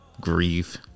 grieve